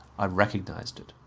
i recognized it.